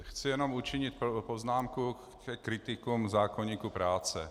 Chci jenom učinit poznámku ke kritikům zákoníku práce.